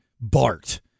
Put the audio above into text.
Bart